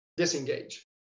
Disengage